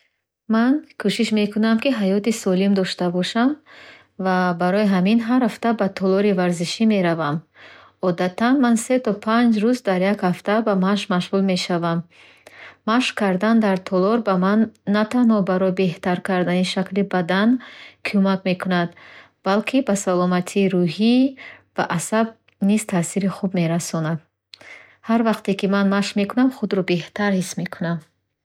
Ман кӯшиш мекунам, ки ҳаёти солим дошта бошам, ва барои ҳамин ҳар ҳафта ба толори варзишӣ меравам. Одатан, ман се то панҷ рӯз дар як ҳафта ба машқ машғул мешавам. Машқ кардан дар толор ба ман на танҳо барои беҳтар кардани шакли бадан кӯмак мекунад, балки ба саломатии рӯҳӣ ва асаб низ таъсири хуб мерасонад. Ҳар вақте ки ман машқ мекунам, худро беҳтар ҳис мекунам.